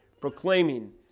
proclaiming